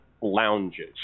lounges